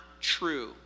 true